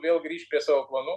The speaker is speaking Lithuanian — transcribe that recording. vėl grįšt prie savo planų